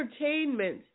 entertainment